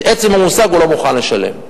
את עצם המושג הוא לא מוכן לשלם.